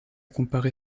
comparé